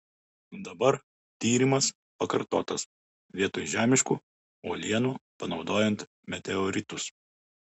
dabar tyrimas pakartotas vietoj žemiškų uolienų panaudojant meteoritus